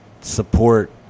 support